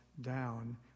down